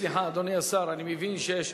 סליחה, אדוני השר, אני מבין שיש,